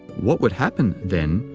what would happen, then,